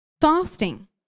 Fasting